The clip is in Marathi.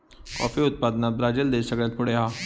कॉफी उत्पादनात ब्राजील देश सगळ्यात पुढे हा